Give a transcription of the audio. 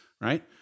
right